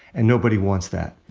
and nobody wants that.